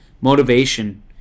motivation